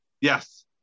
Yes